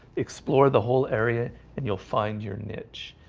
explore the whole area and you'll find your niche,